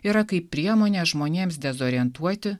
yra kaip priemonė žmonėms dezorientuoti